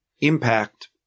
impact